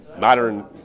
modern